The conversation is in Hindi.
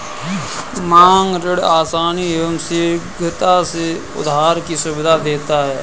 मांग ऋण आसानी एवं शीघ्रता से उधार की सुविधा देता है